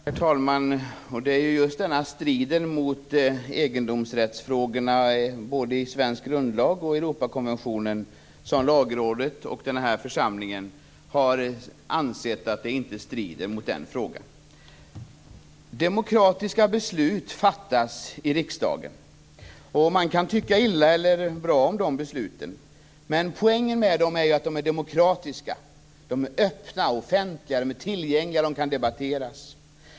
Herr talman! Det är just när det gäller egendomsrättsfrågorna, både i svensk grundlag och i Europakonventionen, som Lagrådet och den här församlingen har ansett att detta inte strider mot dem. Demokratiska beslut fattas i riksdagen. Man kan tycka illa eller bra om de besluten, men poängen med dem är att de är demokratiska. De är öppna, offentliga och tillgängliga, och de kan debatteras.